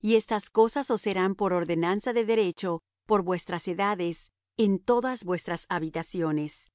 y estas cosas os serán por ordenanza de derecho por vuestras edades en todas vuestras habitaciones